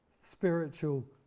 spiritual